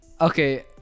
Okay